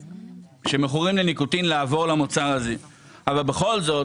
שמכורים לניקוטין לעבור למוצר הזה אבל בכל זאת